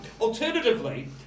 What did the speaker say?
Alternatively